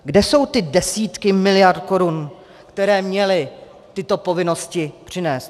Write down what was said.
Kde jsou ty desítky miliard korun, které měly tyto povinnosti přinést?